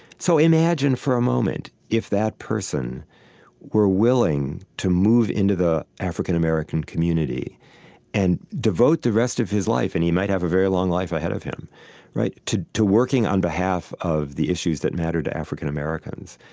so imagine for a moment if that person were willing to move into the african american community and devote the rest of his life and he might have a very long life ahead of him to to working on behalf of the issues that mattered to african americans.